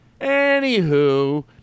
Anywho